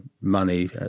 money